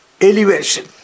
elevation